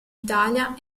italia